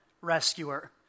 rescuer